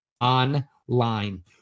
online